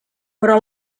però